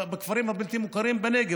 בכפרים הבלתי-מוכרים בנגב,